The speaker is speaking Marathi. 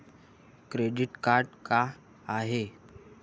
क्रेडिट कार्ड का हाय?